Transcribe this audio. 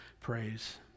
praise